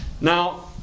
Now